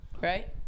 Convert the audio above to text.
right